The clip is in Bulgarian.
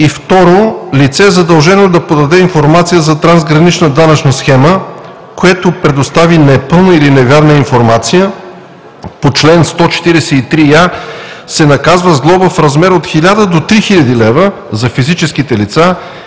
и второ: „Лице, задължено да подаде информация за трансгранична данъчна схема, което предостави непълна или невярна информация по чл. 143а, се наказва с глоба в размер от 1000 до 3000 лв. за физическите лица